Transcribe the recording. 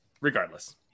regardless